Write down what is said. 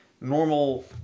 normal